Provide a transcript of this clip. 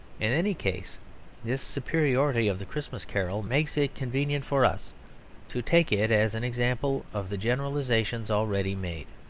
in any case this superiority of the christmas carol makes it convenient for us to take it as an example of the generalisations already made.